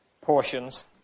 portions